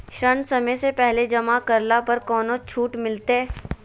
ऋण समय से पहले जमा करला पर कौनो छुट मिलतैय?